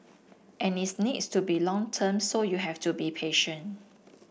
and it's needs to be long term so you have to be patient